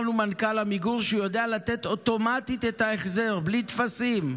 שהוא יודע לתת אוטומטית את ההחזר בלי טפסים.